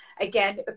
Again